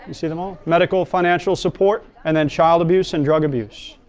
and see them all? medical financial support. and then child abuse and drug abuse.